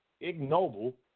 ignoble